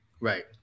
Right